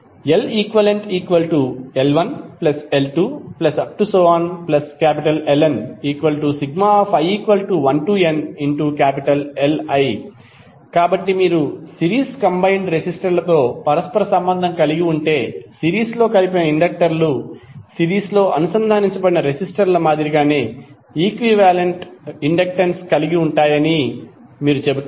LeqL1L2Lni1nLi కాబట్టి మీరు series combined రెసిస్టర్లతో పరస్పర సంబంధం కలిగి ఉంటే సిరీస్లో కలిపిన ఇండక్టర్లు సిరీస్లో అనుసంధానించబడిన రెసిస్టర్ల మాదిరిగానే ఈక్వివాలెంట్ ఇండక్టెన్స్ కలిగి ఉంటాయని మీరు చెబుతారు